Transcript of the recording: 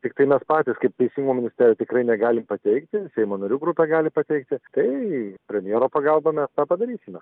tiktai mes patys kaip teisingumo ministerija tikrai negalim pateikti seimo narių grupė gali pateikti tai premjero pagalba mes tą padarysime